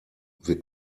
wir